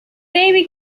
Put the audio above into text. baby